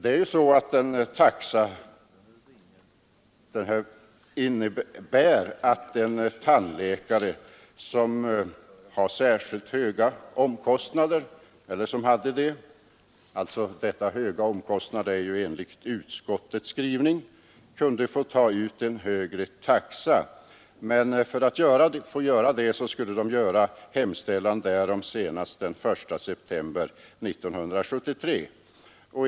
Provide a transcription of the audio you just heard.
Enligt utskottets skrivning kunde tandläkare som hade särskilt höga omkostnader få ta ut en högre taxa. Men för att få göra det skulle de göra hemställan därom senast den 1 september 1973.